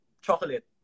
chocolate